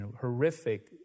horrific